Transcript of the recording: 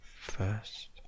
first